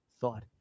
thought